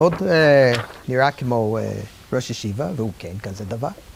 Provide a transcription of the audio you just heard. ‫עוד נראה כמו ראש ישיבה, ‫והוא כן כזה דבר.